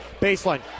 Baseline